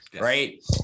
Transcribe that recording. right